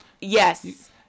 yes